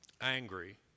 angry